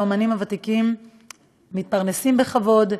האמנים הוותיקים מתפרנסים בכבוד,